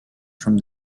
from